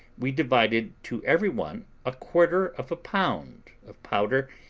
we divided to every one a quarter of a pound of powder,